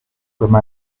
comme